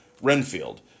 Renfield